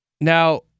now